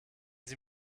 sie